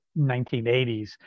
1980s